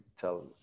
tell